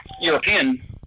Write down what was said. European